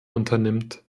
unternimmt